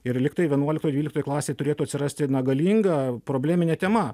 ir lygtai vienuoliktoj dvyliktoj klasėj turėtų atsirasti na galinga probleminė tema